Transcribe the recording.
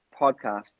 podcast